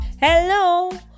Hello